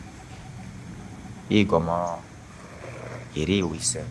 yi igọmọ iri iwa isse.